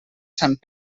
sant